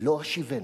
לא אשיבנו.